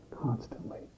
constantly